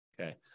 Okay